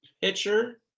pitcher